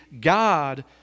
God